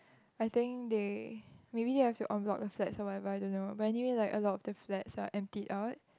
I think they maybe they have to en bloc the flats or whatever I don't know but anyway like a lot of the flats are emptied out